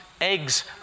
eggs